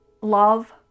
love